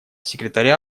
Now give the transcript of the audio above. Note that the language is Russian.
секретаря